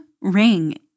ring